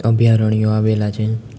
અભ્યારણ્યો આવેલા છે